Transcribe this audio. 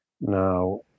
Now